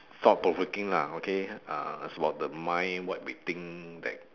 thought provoking lah okay ah it's about the mind what we think back